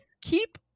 keep